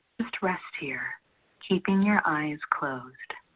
just rest here keeping your eyes closed.